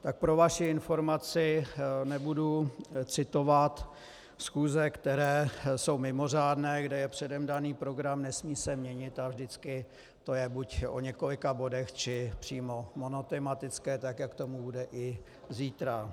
Tak pro vaši informaci nebudu citovat schůze, které jsou mimořádné, kde je předem daný program, nesmí se měnit a vždy je to buď o několika bodech, či přímo monotematické, jak tomu bude i zítra.